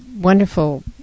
wonderful